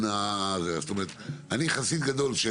היה קודם פרמטר שכתבתם שהוא תמריץ והוא חכם מספר ביקורות או פיקוח.